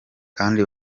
kandi